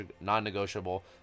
non-negotiable